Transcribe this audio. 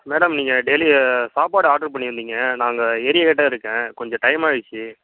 madam நீங்கள் டெலி சாப்பாடு ஆர்டர் பண்ணி இருந்திங்க நான் அங்கே ஏரியாகிட்டே இருக்கேன் கொஞ்சம் டைம் ஆயிடுச்சு